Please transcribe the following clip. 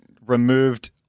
removed